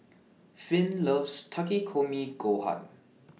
Finn loves Takikomi Gohan